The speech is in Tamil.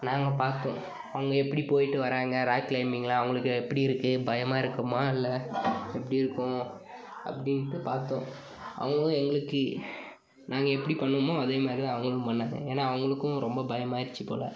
நாங்கள் பார்த்தோம் அவங்க எப்படி போயிட்டு வராங்க ராக் க்ளைமிங்கில் அவங்குளுக்கு எப்படி இருக்குது பயமாக இருக்குமா இல்லை எப்படி இருக்கும் அப்படின்ட்டு பார்த்தோம் அவங்க எங்களுக்கு கி நாங்கள் எப்படி பண்ணமோ அதே மாதிரிதான் அவங்குளும் பண்ணாங்க ஏன்னா அவங்குளுக்கும் ரொம்ப பயமாயிருச்சு போல